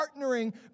partnering